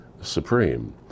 supreme